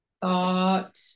thought